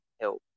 help